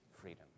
freedom